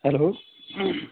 hello